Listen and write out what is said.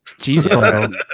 Jesus